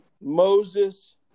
Moses